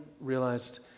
realized